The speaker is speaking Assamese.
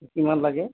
কিমান লাগে